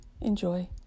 enjoy